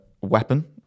weapon